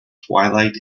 twilight